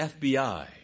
FBI